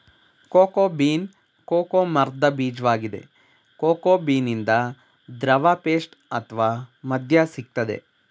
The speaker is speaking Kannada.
ಕೋಕೋ ಬೀನ್ ಕೋಕೋ ಮರ್ದ ಬೀಜ್ವಾಗಿದೆ ಕೋಕೋ ಬೀನಿಂದ ದ್ರವ ಪೇಸ್ಟ್ ಅತ್ವ ಮದ್ಯ ಸಿಗ್ತದೆ